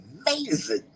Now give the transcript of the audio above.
amazing